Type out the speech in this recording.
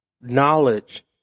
knowledge